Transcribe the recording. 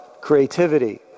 creativity